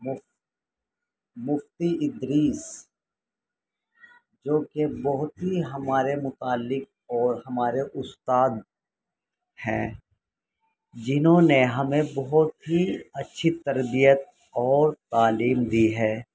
مفت مفتی ادریس جو کہ بہت ہی ہمارے متعلق اور ہمارے استاد ہیں جنہوں نے ہمیں بہت ہی اچھی تربیت اور تعلیم دی ہے